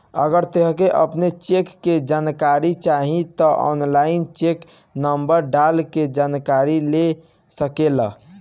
अगर तोहके अपनी चेक के जानकारी चाही तअ ऑनलाइन चेक नंबर डाल के जानकरी ले सकेला